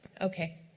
Okay